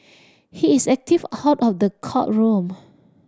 he is active out of the courtroom